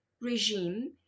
regime